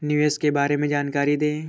निवेश के बारे में जानकारी दें?